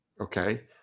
Okay